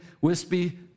wispy